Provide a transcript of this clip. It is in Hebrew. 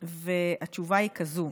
והתשובה היא כזאת: